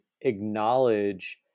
acknowledge